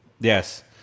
Yes